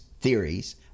theories